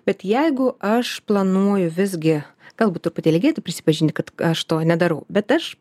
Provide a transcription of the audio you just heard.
bet jeigu aš planuoju visgi galbūt truputėlį gėda prisipažinti kad aš to nedarau bet aš